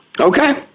Okay